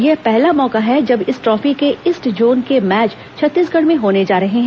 यह पहला मौका है जब इस ट्रॉफी के ईस्ट जोन के मैच छत्तीसगढ़ में होने जा रहे हैं